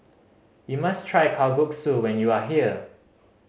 you must try Kalguksu when you are here